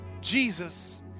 Jesus